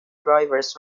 drivers